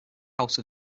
house